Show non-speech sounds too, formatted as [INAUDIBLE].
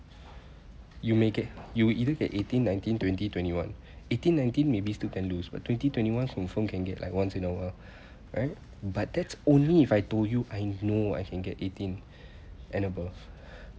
you may get you will either get eighteen nineteen twenty twenty one eighteen nineteen maybe still can lose but twenty twenty one confirm can get like once in a while [BREATH] right but that's only if I told you I know I can get eighteen [BREATH] and above